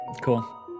Cool